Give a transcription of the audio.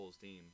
team